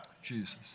Jesus